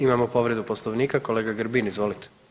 Imamo povredu Poslovnika, kolega Grbin izvolite.